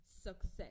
success